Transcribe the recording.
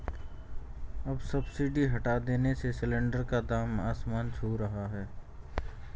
अब सब्सिडी हटा देने से सिलेंडर का दाम आसमान छू रहा है